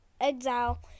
exile